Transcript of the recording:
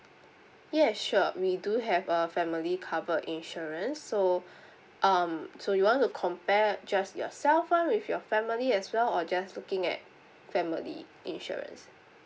yes sure we do have a family cover insurance so um so you want to compare just yourself one with your family as well or just looking at family insurance